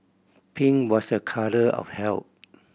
pink was a colour of health